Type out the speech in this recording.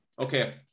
Okay